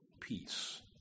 peace